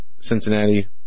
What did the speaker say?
Cincinnati